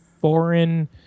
foreign